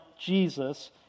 Jesus